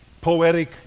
poetic